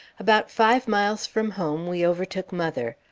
about five miles from home, we overtook mother.